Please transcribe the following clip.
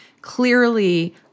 clearly